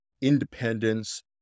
independence